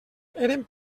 eren